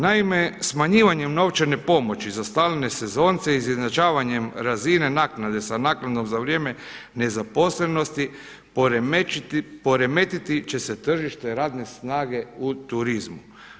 Naime, smanjivanjem novčane pomoći za stalne sezonce izjednačavanjem razine naknade sa naknadom za vrijeme nezaposlenosti poremetit će se tržište radne snage u turizmu.